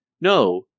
No